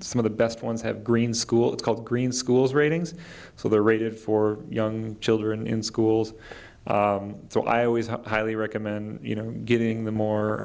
some of the best ones have green school it's called green schools ratings so they're rated for young children in schools so i always highly recommend you know getting the more